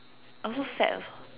also sad also